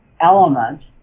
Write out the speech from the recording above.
element